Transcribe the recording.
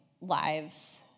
lives